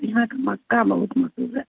यहाँ का मक्का बहुत मशहूर है